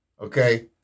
Okay